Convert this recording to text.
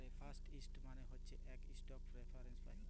preferred stock মালে হছে সে ইস্টক প্রেফারেল্স পায়